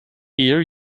ear